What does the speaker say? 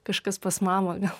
kažkas pas mamą gal